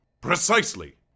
Precisely